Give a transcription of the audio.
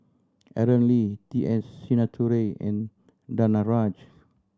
Aaron Lee T S Sinnathuray and Danaraj